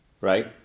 right